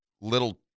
little